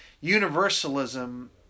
universalism